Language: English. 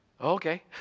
Okay